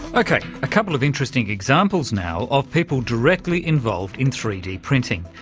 ok, a couple of interesting examples now of people directly involved in three d printing,